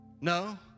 No